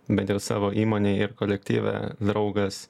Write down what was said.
bent jau savo įmonėj ir kolektyve draugas